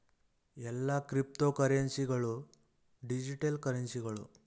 ಎಲ್ಲಾ ಕ್ರಿಪ್ತೋಕರೆನ್ಸಿ ಗಳು ಡಿಜಿಟಲ್ ಕರೆನ್ಸಿಗಳು